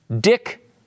Dick